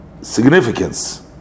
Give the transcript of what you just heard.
significance